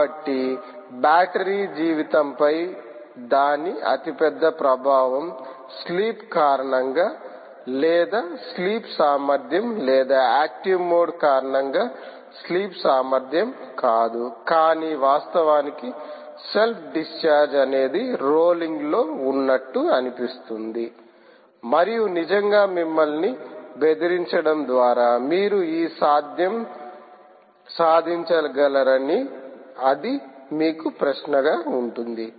కాబట్టి బ్యాటరీ జీవితంపై దాని అతిపెద్ద ప్రభావం స్లీప్కారణంగా లేదా స్లీప్ సామర్థ్యం లేదా యాక్టివ్ మోడ్ కారణంగా స్లీప్ సామర్థ్యం కాదు కానీ వాస్తవానికి సెల్ఫ్ డిశ్చార్జ్ అనేది రోలింగ్లో ఉన్నట్లు అనిపిస్తుంది మరియు నిజంగా మిమ్మల్ని బెదిరించడం ద్వారా మీరు ఈ సాధ్యం సాధించగలరని అది మీకు ప్రశ్నగా ఉంటుంది